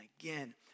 again